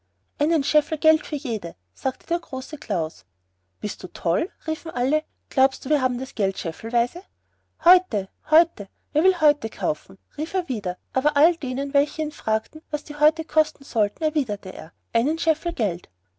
einen scheffel geld für jede sagte der große klaus bist du toll riefen alle glaubst du wir haben das geld scheffelweise häute häute wer will häute kaufen rief er wieder aber allen denen welche ihn fragten was die häute kosten sollten erwiderte er einen scheffel geld